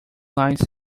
lines